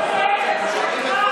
שקרן.